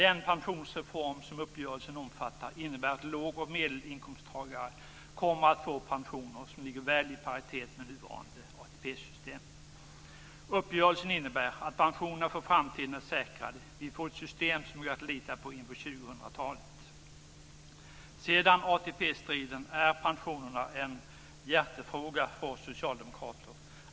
Den pensionsreform som uppgörelsen omfattar innebär att låg och medelinkomsttagare kommer att få pensioner som ligger väl i paritet med nuvarande ATP-system. Uppgörelsen innebär att pensionerna för framtiden är säkrade.